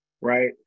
right